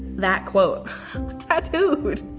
that quote tattooed!